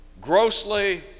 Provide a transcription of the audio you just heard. grossly